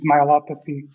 myelopathy